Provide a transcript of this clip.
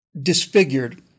disfigured